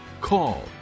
call